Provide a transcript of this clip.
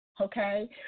Okay